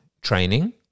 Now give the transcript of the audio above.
training